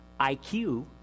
IQ